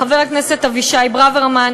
חברי הכנסת אבישי ברוורמן,